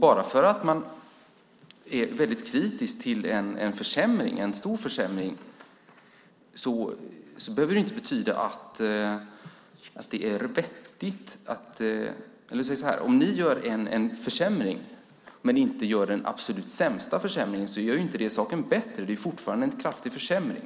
Bara för att man är väldigt kritisk till en stor försämring behöver det inte betyda att den är vettig. Jag kan säga så här: Om ni gör en försämring men inte gör den absolut sämsta försämringen gör inte det saken bättre. Det är fortfarande en kraftig försämring.